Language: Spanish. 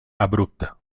abrupta